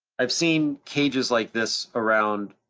i've seen cages like this around